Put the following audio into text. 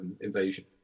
invasion